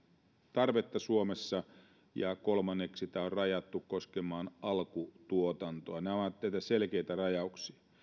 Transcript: tarvetta suomessa ja kolmanneksi tämä on rajattu koskemaan alkutuotantoa nämä näitä ovat selkeitä rajauksia